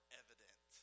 evident